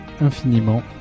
infiniment